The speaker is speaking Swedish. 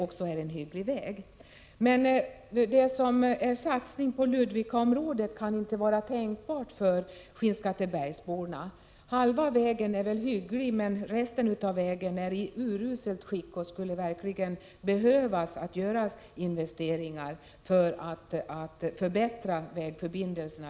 En pendling till Ludvika är inte tänkbar för skinnskattebergsborna. Halva vägsträckan är hygglig, men resten är i uruselt skick och skulle verkligen behöva förbättras.